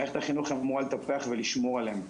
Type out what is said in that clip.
מערכת החינוך אמורה לטפח ולשמור עליהם,